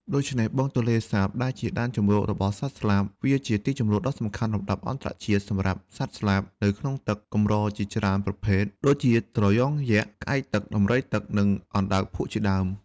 ដូច្នេះ បឹងទន្លេសាប ជាដែនជម្រករបស់់សត្វស្លាប វាជាទីជម្រកដ៏សំខាន់លំដាប់អន្តរជាតិ សម្រាប់សត្វស្លាបនៅក្នុងទឹកកម្រជាច្រើនប្រភេទ ដូចជា ត្រយងយក្ស ក្អែកទឹក ដំរីទឹក និង អណ្ដើកភក់ជាដើម។